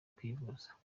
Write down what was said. kwivuza